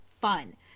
fun